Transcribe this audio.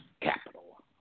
capital